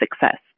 success